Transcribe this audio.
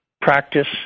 practice